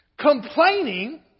Complaining